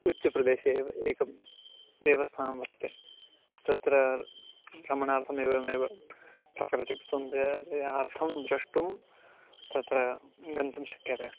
उच्चप्रदेशे एव एकं देवस्थानं वर्तते तत्र भ्रमणार्थमेवमेव प्राकृतिकसौन्दर्यार्थं द्रष्टुं तत्र गन्तुं शक्यते